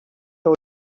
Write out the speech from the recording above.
your